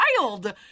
wild